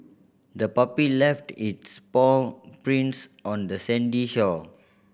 the puppy left its paw prints on the sandy shore